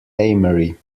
emery